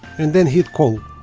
and then hit call